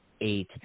eight